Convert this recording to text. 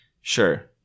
sure